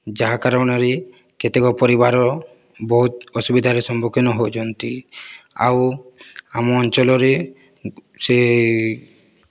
ଯାହା କାରଣରେ କେତେକ ପରିବାର ବହୁତ ଅସୁବିଧାରେ ସମ୍ମୁଖୀନ ହେଉଛନ୍ତି ଆଉ ଆମ ଅଞ୍ଚଳରେ ସେ